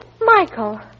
Michael